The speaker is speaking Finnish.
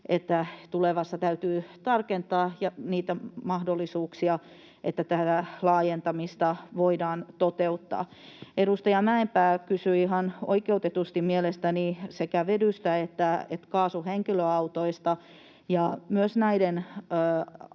että tulevassa täytyy tarkentaa niitä mahdollisuuksia, että tätä laajentamista voidaan toteuttaa. Edustaja Mäenpää kysyi ihan oikeutetusti mielestäni sekä vedystä että kaasuhenkilöautoista. Tietenkin